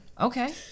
Okay